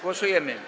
Głosujemy.